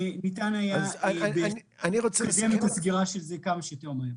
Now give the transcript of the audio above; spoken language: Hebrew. ניתן היה לקדם את הסגירה כמה שיותר מהר.